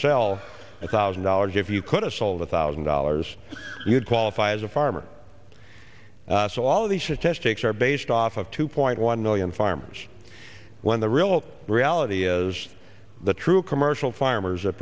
sell a thousand dollars if you could us all the thousand dollars you would qualify as a farmer so all of these statistics are based off of two point one million farmers when the real reality is the true commercial farmers that